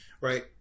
Right